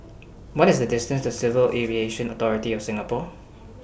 What IS The distance to Civil Aviation Authority of Singapore